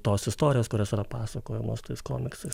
tos istorijos kurios yra pasakojamos tais komiksais